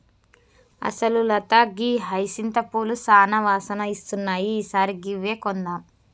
అసలు లత గీ హైసింత పూలు సానా వాసన ఇస్తున్నాయి ఈ సారి గివ్వే కొందాం